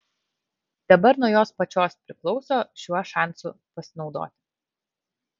dabar nuo jos pačios priklauso šiuo šansu pasinaudoti